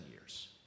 years